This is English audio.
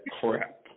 crap